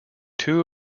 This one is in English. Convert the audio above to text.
two